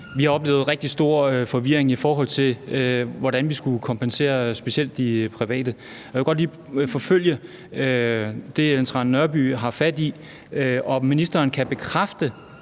Vi har oplevet rigtig stor forvirring, i forhold til hvordan vi skulle kompensere specielt de private. Jeg vil godt lige forfølge det, Ellen Trane Nørby har fat i. Kan ministeren bekræfte,